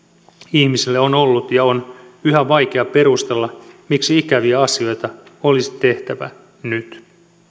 ihmisille on ollut ja on yhä vaikeaa perustella miksi ikäviä asioita olisi tehtävä nyt